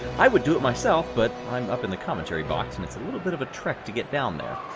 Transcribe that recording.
i would do it myself, but i'm up in the commentary box and it's a little bit of a trek to get down there.